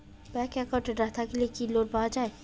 Bank account না থাকিলে কি লোন পাওয়া য়ায়?